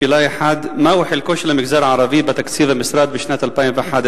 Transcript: שאלה אחת: מה הוא חלקו של המגזר הערבי בתקציב המשרד בשנת 2011,